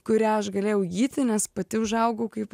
kurią aš galėjau įgyti nes pati užaugau kaip